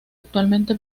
actualmente